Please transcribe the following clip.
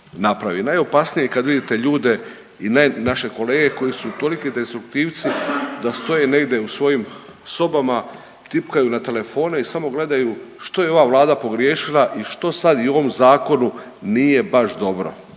Najopasnije je kad vidite ljude i naše kolege koji su toliki destruktivci da stoje negdje u svojim sobama, tipkaju na telefone i samo gledaju što je ova Vlada pogriješila i što sad i u ovom zakonu nije baš dobro.